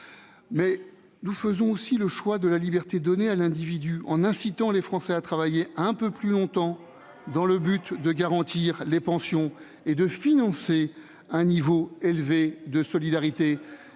mais il fait aussi le choix de la liberté individuelle, en incitant les Français à travailler un peu plus longtemps dans le but de garantir les pensions et de financer un niveau élevé de solidarité.